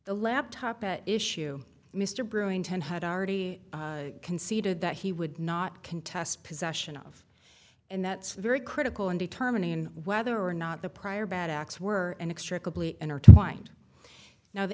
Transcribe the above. the laptop at issue mr brewington had already conceded that he would not contest possession of and that's very critical in determining whether or not the prior bad acts were an extra wind now the